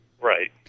right